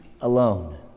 alone